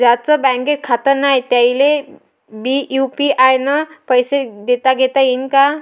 ज्याईचं बँकेत खातं नाय त्याईले बी यू.पी.आय न पैसे देताघेता येईन काय?